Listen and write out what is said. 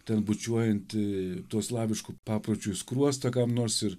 ten bučiuojantį tuo slavišku papročiu į skruostą kam nors ir